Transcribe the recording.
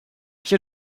you